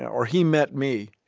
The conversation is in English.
or he met me,